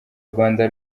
rwanda